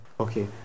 Okay